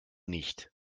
nicht